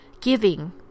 giving